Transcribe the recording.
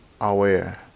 aware